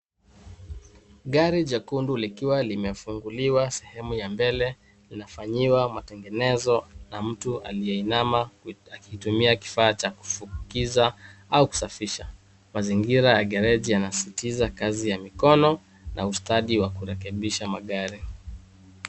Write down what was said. Gari jekundu likiwa limefunguliwa sehemu ya mbele inafanyiwa matengenezo na mtu aliyeinama akitumia kifaa cha kufukiza au kusafisha. Mazingira ya garage yanasisitiza kazi ya mikono na ustadi wa kurekebisha magari.